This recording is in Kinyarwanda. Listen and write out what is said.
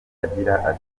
agira